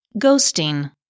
Ghosting